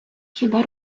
хіба